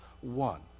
one